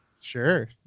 Sure